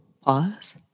Pause